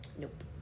Nope